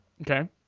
Okay